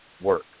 work